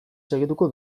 segituko